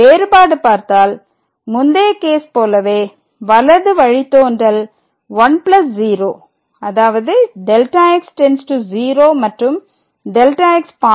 வேறுபாடு பார்த்தால் முந்தைய கேஸ் போலவே வலது வழித்தோன்றல் 10 அதாவது Δx→0 மற்றும் Δx ve